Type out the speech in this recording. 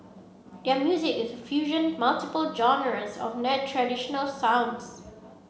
their music is a fusion multiple genres of traditional sounds